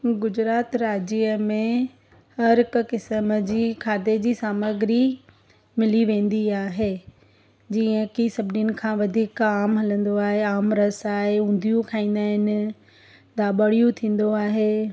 गुजरात राज्य में हर हिकु क़िस्म जी खाधे जी सामग्री मिली वेंदी आहे जीअं की सभिनीनि खां वधीक आम हलंदो आहे आमरस आहे उंदियू खाईंदा आहिनि दाबड़ियू थींदो आहे